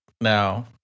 now